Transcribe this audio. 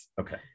Okay